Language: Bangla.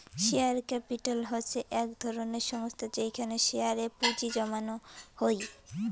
শেয়ার ক্যাপিটাল হসে এক ধরণের সংস্থা যেইখানে শেয়ার এ পুঁজি জমানো হই